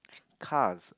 cause